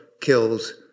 kills